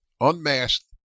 Unmasked